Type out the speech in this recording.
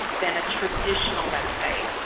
than a traditional website.